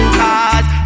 cause